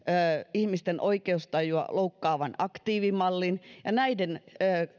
ihmisten oikeustajua loukkaavan aktiivimallin ja näiden